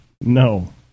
No